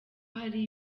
hari